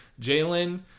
Jalen